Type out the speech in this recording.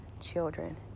children